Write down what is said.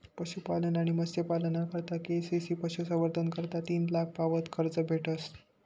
पशुपालन आणि मत्स्यपालना करता के.सी.सी पशुसंवर्धन करता तीन लाख पावत कर्ज भेटस